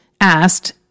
asked